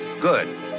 good